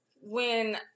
when-